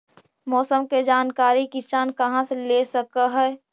मौसम के जानकारी किसान कहा से ले सकै है?